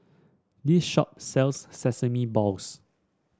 this shop sells Sesame Balls